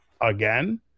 again